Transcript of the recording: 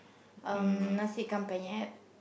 um nasi-ikan-penyet